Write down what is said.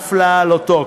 ואף להעלותו,